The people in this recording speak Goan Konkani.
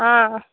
आं